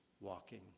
walking